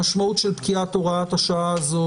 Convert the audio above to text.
המשמעות של פקיעת הוראה השעה הזו,